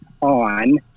on